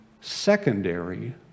secondary